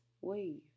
wave